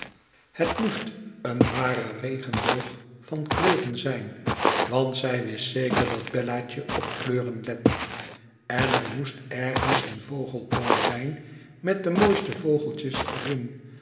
het moest een ware regenboog van kleuren zijn want zij wist zeker dat bellaatje op kleuren lette en er moest ergens een vogelkooi zijn met de mooiste vogeltjes er